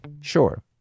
Sure